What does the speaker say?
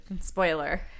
spoiler